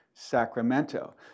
Sacramento